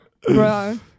bro